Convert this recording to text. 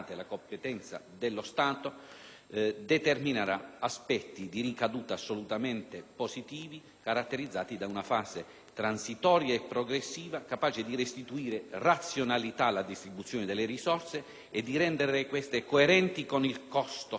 determini effetti di ricaduta assolutamente positivi, caratterizzati da una fase transitoria e progressiva, capace di restituire razionalità alla distribuzione delle risorse e di renderle coerenti con il costo standard delle prestazioni erogate.